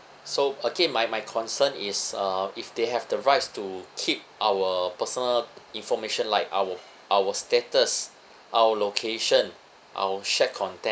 so okay my my concern is uh if they have the rights to keep our personal information like our our status our location our shared content